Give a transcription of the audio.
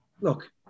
Look